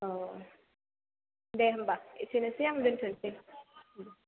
औ दे होनबा एसेनोसै आं दोनथ'नोसै